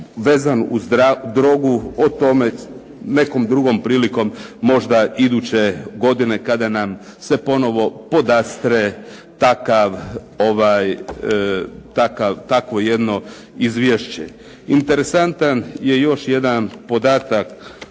vezan uz drogu, o tome nekom drugom prilikom, možda iduće godine kada nam se ponovo podastre takvo jedno izvješće. Interesantan je još jedan podatak,